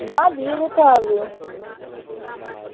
না নিয়ে যেতে হবে